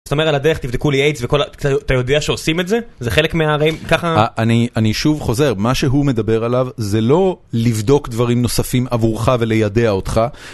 אז אתה אומר על הדרך תבדקו לי איידס וכל ה... אתה יודע שעושים את זה? זה חלק מה... ככה... אני שוב חוזר, מה שהוא מדבר עליו זה לא לבדוק דברים נוספים עבורך וליידע אותך.